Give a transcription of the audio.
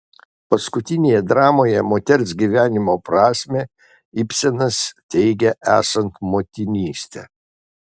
paskutinėje dramoje moters gyvenimo prasmę ibsenas teigia esant motinystę